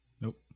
Nope